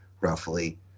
roughly